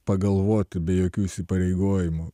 pagalvoti be jokių įsipareigojimų